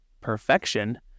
perfection